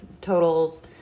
total